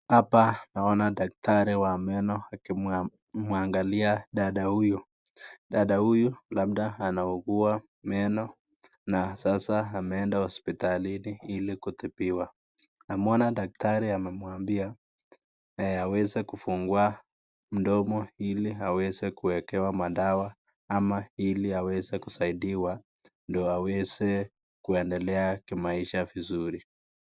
Hapa namwona daktari wa meno akimwangalia dada huyu dada huyu labda ameenda hospitalini kutibiwa namwona daktari amemwambia aweze kufungua mdomo ili awese kuwekekewa madawa ama ili aweze kusaidiwa ndo aweze kuendelea kimaisha vizuri.